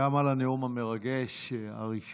גם על הנאום המרגש הראשון,